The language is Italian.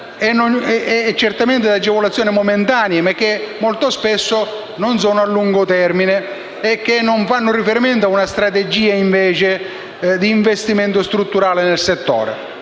favorito da agevolazioni momentanee che molto spesso non sono a lungo termine e non fanno riferimento a una strategia d'investimento strutturale nel settore.